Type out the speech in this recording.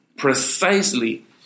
precisely